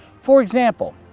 for example,